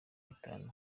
itanu